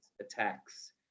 attacks